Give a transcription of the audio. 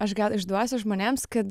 aš gal išduosiu žmonėms kad